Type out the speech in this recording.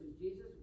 Jesus